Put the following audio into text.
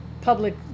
public